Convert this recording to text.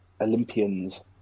Olympians